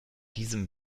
diesem